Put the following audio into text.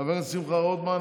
חבר הכנסת שמחה רוטמן,